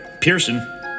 Pearson